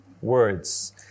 words